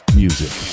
music